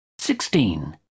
sixteen